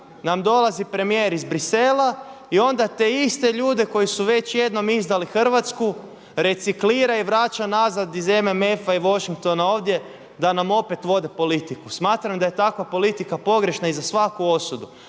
nam dolazi premijer iz Bruxellesa i onda te iste ljude koji su već jednom izdali Hrvatsku reciklira i vraća nazad iz MMF-a i Washingtona ovdje da nam opet vode politiku. Smatram da je takva politika pogrešna i za svaku osudu.